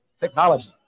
technology